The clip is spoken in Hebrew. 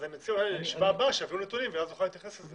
אז אני מציע שלישיבה הבאה הם יביאו נתונים ואז נוכל להתייחס לזה.